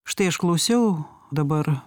štai aš klausiau dabar